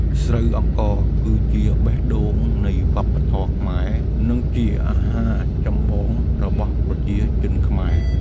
ស្រូវអង្ករគឺជាបេះដូងនៃវប្បធម៌ខ្មែរ និងជាអាហារចម្បងរបស់ប្រជាជនខ្មែរ។